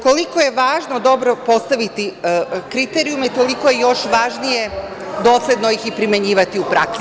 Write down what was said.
Koliko je važno dobro postaviti kriterijume, toliko je još važnije dosledno ih i primenjivati u praksi.